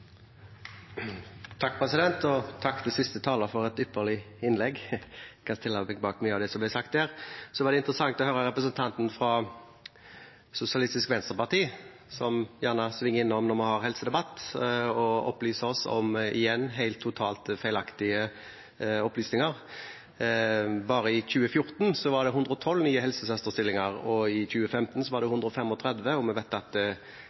som ble sagt der. Så var det interessant å høre representanten fra Sosialistisk Venstreparti, som gjerne svinger innom når vi har helsedebatt, og igjen gir oss helt feilaktige opplysninger. Bare i 2014 var det 112 nye helsesøsterstillinger, i 2015 var det 135, og vi vet at